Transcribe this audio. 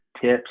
tips